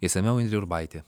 išsamiau indrė urbaitė